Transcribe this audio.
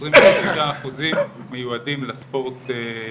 עשרים ושישה אחוזים מיועדים לספורט האישי.